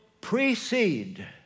precede